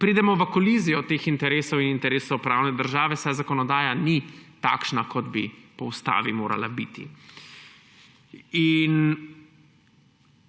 pridemo v kolizijo teh interesov in interesov pravne države, saj zakonodaja ni takšna, kot bi po ustavi morala biti.